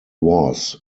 was